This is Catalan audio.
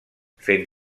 fent